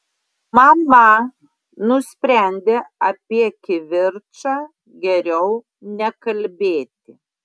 mama nusprendė apie kivirčą geriau nekalbėti